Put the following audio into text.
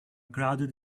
crowded